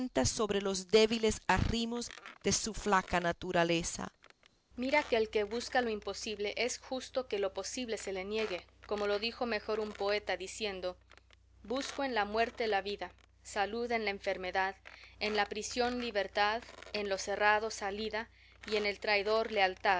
sobre los débiles arrimos de su flaca naturaleza mira que el que busca lo imposible es justo que lo posible se le niegue como lo dijo mejor un poeta diciendo busco en la muerte la vida salud en la enfermedad en la prisión libertad en lo cerrado salida y en el traidor lealtad